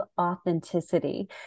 authenticity